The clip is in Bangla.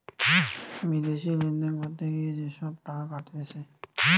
বিদেশি লেনদেন করতে গিয়ে যে সব টাকা কাটতিছে